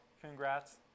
Congrats